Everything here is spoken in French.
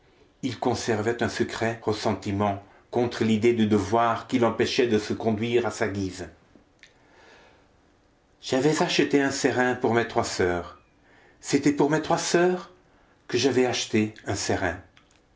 il conservait un secret ressentiment contre l'idée du devoir qui l'empêchait de se conduire à sa guise j'avais acheté un serin pour mes trois soeurs c'était pour mes trois soeurs que j'avais acheté un serin